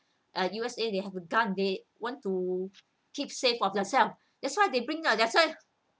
they want to keep safe of yourself that's why they bring uh that's why